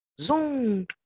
Zoom